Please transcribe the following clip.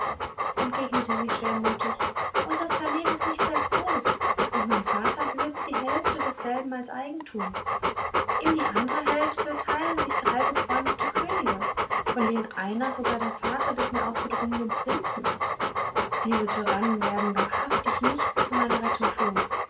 entgegnete sie schwermütig unser planet ist nicht sehr groß und mein vater besitzt die hälfte desselben als eigentum in die andere hälfte teilen sich drei befreundete könige von denen einer sogar der vater des mir aufgedrungenen prinzen ist diese tyrannen werden wahrhaftig nichts zu meiner rettung tun